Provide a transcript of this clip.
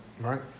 Right